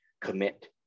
commit